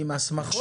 עם הסמכות?